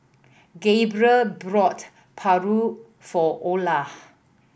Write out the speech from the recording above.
Gabriel brought paru for Olar